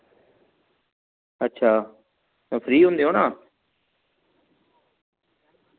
अच्छा फ्री होंदे ओ ना